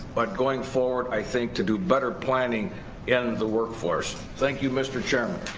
but going forward i think to do better planning in the workforce. thank you mr. chairman.